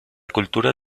cultura